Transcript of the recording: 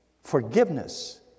forgiveness